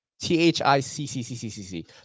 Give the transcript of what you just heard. T-H-I-C-C-C-C-C-C